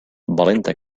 valenta